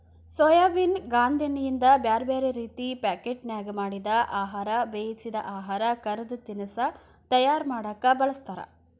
soybean ಗಾಂದೇಣ್ಣಿಯಿಂದ ಬ್ಯಾರ್ಬ್ಯಾರೇ ರೇತಿ ಪಾಕೇಟ್ನ್ಯಾಗ ಮಾಡಿದ ಆಹಾರ, ಬೇಯಿಸಿದ ಆಹಾರ, ಕರದ ತಿನಸಾ ತಯಾರ ಮಾಡಕ್ ಬಳಸ್ತಾರ